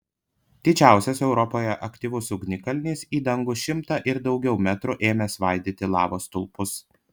didžiausias europoje aktyvus ugnikalnis į dangų šimtą ir daugiau metrų ėmė svaidyti lavos stulpus